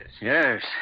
Yes